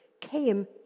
came